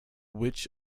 witch